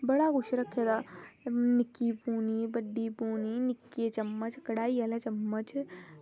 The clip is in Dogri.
बड़ा किश रक्खे दा निक्की पूनी बड्डी पूनी निक्के चम्मच कड़ाही आह्ला चम्मच